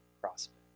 prospect